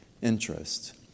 interest